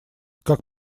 как